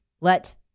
Let